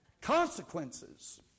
Consequences